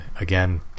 again